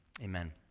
Amen